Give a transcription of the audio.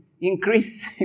increase